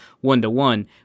one-to-one